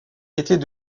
était